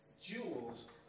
jewels